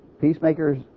Peacemakers